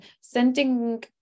sending